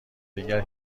دیگر